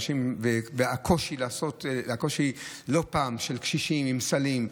ויש קושי לא פעם לקשישים עם סלים,